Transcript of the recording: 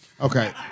Okay